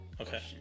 okay